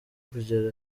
kugera